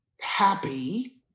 happy